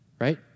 Right